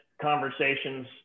conversations